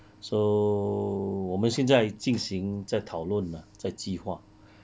so 我们现在进行在讨论 lah 在计划